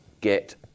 get